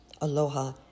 aloha